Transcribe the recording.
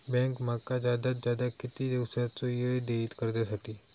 Bank माका जादात जादा किती दिवसाचो येळ देयीत कर्जासाठी?